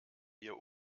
wir